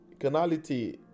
Canality